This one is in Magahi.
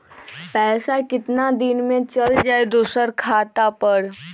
पैसा कितना दिन में चल जाई दुसर खाता पर?